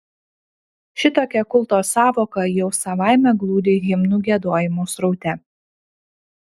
šitokia kulto sąvoka jau savaime glūdi himnų giedojimo sraute